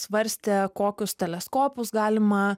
svarstė kokius teleskopus galima